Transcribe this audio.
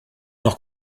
noch